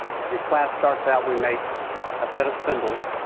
every class starts out, we make a set of spindles.